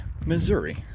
Missouri